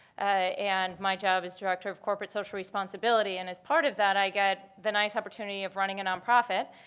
and my job is director of corporate social responsibility. and as part of that, i get the nice opportunity of running a nonprofit,